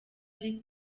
ari